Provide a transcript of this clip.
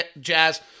Jazz